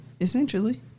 essentially